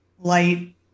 Light